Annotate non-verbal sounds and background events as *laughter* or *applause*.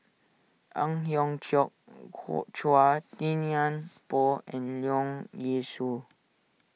Ang Hiong Chiok *unintelligible* Chua Thian Poh and Leong Yee Soo